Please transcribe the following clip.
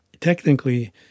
Technically